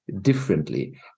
differently